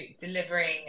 delivering